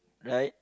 right